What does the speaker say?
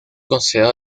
consejo